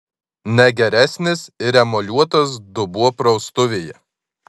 ne geresnis ir emaliuotas dubuo praustuvėje